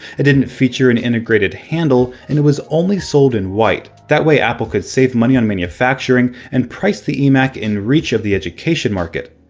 it didn't feature an integrated handle, and it was only sold in white. that way apple could save money on manufacturing and price the emac in reach of the education market.